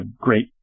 great